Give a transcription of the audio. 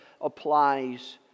applies